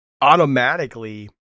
automatically